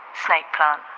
snake plant